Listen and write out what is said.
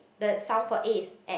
the sound for A is air